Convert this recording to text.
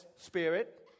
Spirit